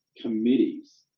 committees